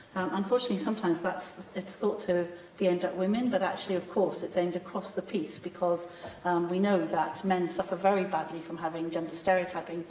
unfortunately, sometimes, it's thought to be aimed at women but, actually, of course, it's aimed across the piece, because we know that men suffer very badly from having gender stereotyping,